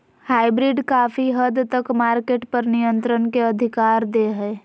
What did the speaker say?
hybrid काफी हद तक मार्केट पर नियन्त्रण के अधिकार दे हय